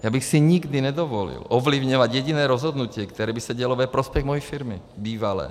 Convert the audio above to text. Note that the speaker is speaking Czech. Já bych si nikdy nedovolil ovlivňovat jediné rozhodnutí, které by se dělo ve prospěch moji firmy, bývalé.